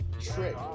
trick